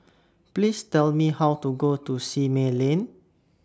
Please Tell Me How to Go to Simei Lane